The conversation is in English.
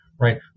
right